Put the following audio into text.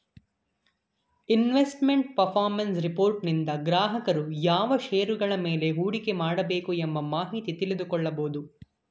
investment performance ರಿಪೋರ್ಟನಿಂದ ಗ್ರಾಹಕರು ಯಾವ ಶೇರುಗಳ ಮೇಲೆ ಹೂಡಿಕೆ ಮಾಡಬೇಕದ ಮಾಹಿತಿ ತಿಳಿದುಕೊಳ್ಳ ಕೊಬೋದು